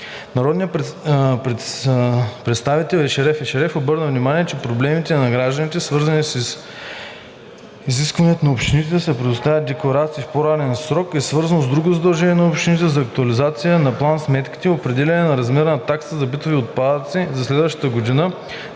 Народният представител Ешереф Ешереф обърна внимание, че проблемите на гражданите, свързани с изискването на общините да се предоставят декларации в по-ранен срок, е свързано с друго задължение на общините за актуализация на план сметките и определянето на размера на таксата за битови отпадъци за следващата година,